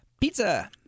Pizza